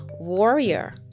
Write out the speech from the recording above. warrior